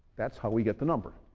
that's how we get the number.